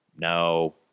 no